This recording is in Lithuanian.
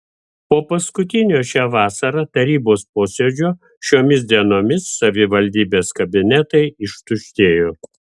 po paskutinio šią vasarą tarybos posėdžio šiomis dienomis savivaldybės kabinetai ištuštėjo